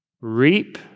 reap